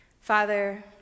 Father